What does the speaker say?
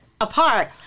apart